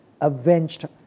avenged